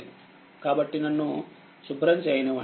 కాబట్టినన్ను శుభ్రం చేయనివ్వండి